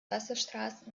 wasserstraßen